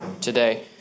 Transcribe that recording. today